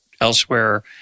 elsewhere